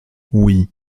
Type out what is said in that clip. oui